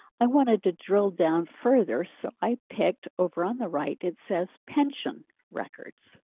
i wanted to drill down further. so i picked over on the right, it says pension records.